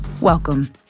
welcome